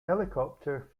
helicopter